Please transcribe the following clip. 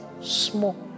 small